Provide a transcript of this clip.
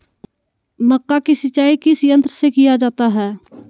मक्का की सिंचाई किस यंत्र से किया जाता है?